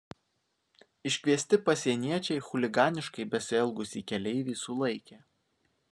iškviesti pasieniečiai chuliganiškai besielgusį keleivį sulaikė